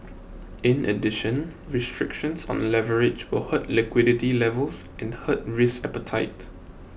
in addition restrictions on leverage will hurt liquidity levels and hurt risk appetite